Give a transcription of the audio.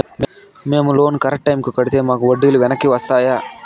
మేము loan correct టైముకి కట్టితే మాకు వడ్డీ లు వెనక్కి వస్తాయా?